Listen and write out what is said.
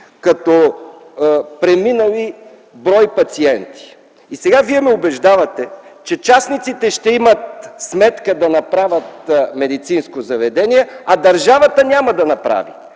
като преминали брой пациенти. И сега Вие ме убеждавате, че частниците ще имат сметка да направят медицинско заведение, а държавата няма да направи.